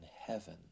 heaven